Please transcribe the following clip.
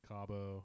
Cabo